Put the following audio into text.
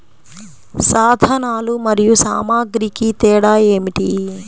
సాధనాలు మరియు సామాగ్రికి తేడా ఏమిటి?